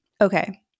Okay